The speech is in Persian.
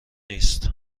نیست